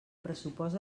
pressupost